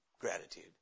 gratitude